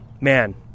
man